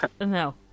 No